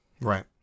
Right